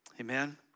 Amen